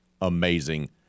amazing